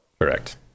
Correct